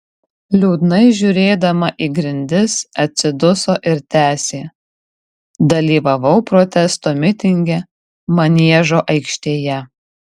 liūdnai žiūrėdama į grindis atsiduso ir tęsė dalyvavau protesto mitinge maniežo aikštėje